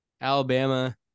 Alabama